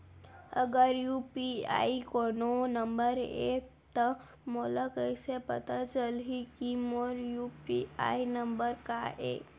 अगर यू.पी.आई कोनो नंबर ये त मोला कइसे पता चलही कि मोर यू.पी.आई नंबर का ये?